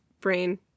brain